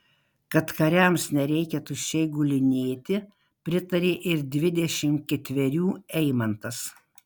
kad kariams nereikia tuščiai gulinėti pritarė ir dvidešimt ketverių eimantas